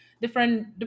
different